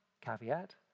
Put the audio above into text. caveat